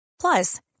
Plus